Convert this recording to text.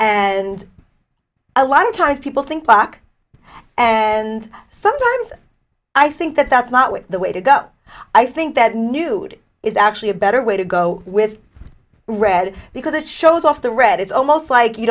and a lot of times people think back and sometimes i think that that's not when the way to go i think that nudity is actually a better way to go with red because it shows off the red it's almost like you